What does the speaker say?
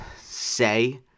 say